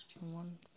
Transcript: One